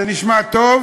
זה נשמע טוב